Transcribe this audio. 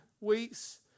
weeks